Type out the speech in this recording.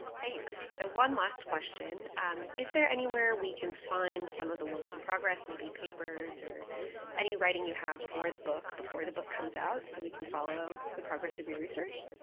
thanks, so one last question. and is there anywhere we can find some of the works in progress? maybe papers or any writing you have for the book before the book comes out so we can follow the progress of your research?